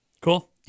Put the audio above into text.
Cool